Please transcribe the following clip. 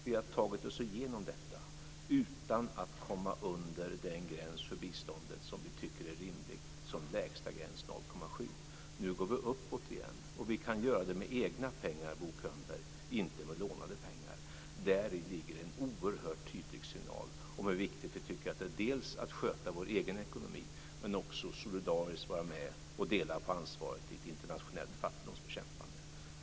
Vi har tagit oss igenom detta utan att komma under den gräns för biståndet som vi tycker är rimlig som lägsta gräns, 0,7 %. Nu går vi uppåt igen och vi kan göra det med egna pengar, Bo Könberg - inte med lånade pengar! Däri ligger en oerhört tydlig signal om hur viktigt vi tycker att det är att dels sköta vår egen ekonomi, dels solidariskt vara med och dela på ansvaret i ett internationellt fattigdomsbekämpande.